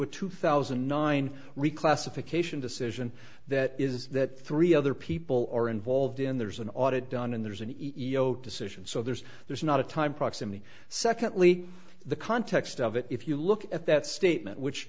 a two thousand and nine reclassification decision that is that three other people are involved in there's an audit done and there's an ego decision so there's there's not a time proximity secondly the context of it if you look at that statement which